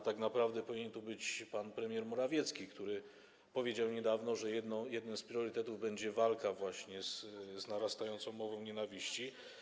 A tak naprawdę powinien tu być pan premier Morawiecki, który niedawno powiedział, że jednym z priorytetów będzie walka właśnie z narastającą mową nienawiści.